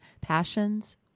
passions